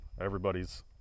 everybody's